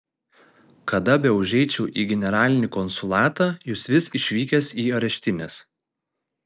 kada beužeičiau į generalinį konsulatą jūs vis išvykęs į areštines